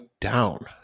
down